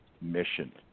mission